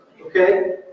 Okay